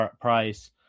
price